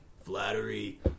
flattery